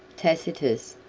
tacitus,